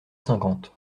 cinquante